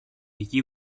εκεί